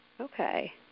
Okay